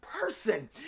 person